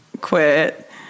quit